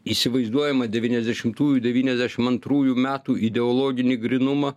įsivaizduojamą devyniasdešimtųjų devyniasdešim antrųjų metų ideologinį grynumą